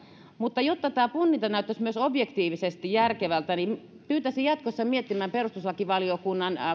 mutta jotta tämä punninta näyttäisi myös objektiivisesti järkevältä niin pyytäisin jatkossa miettimään perustuslakivaliokunnan